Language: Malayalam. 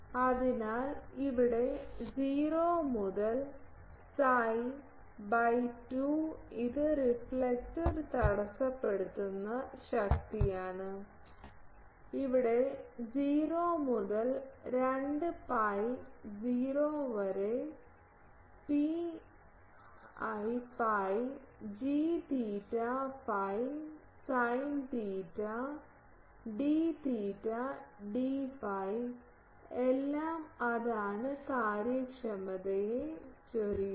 അതിനാൽ ഇവിടെ 0 മുതൽ psi by 2 ഇത് റിഫ്ലക്റ്റർ തടസ്സപ്പെടുത്തുന്ന ശക്തിയാണ് ഇവിടെ 0 മുതൽ 2 pi 0 വരെ pi g theta phi sine theta d theta d phi എല്ലാം അതാണ് കാര്യക്ഷമതയെ ചൊരിയുന്നത്